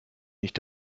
nicht